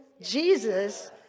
Jesus